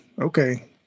okay